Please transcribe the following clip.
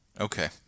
Okay